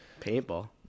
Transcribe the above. paintball